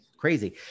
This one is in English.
crazy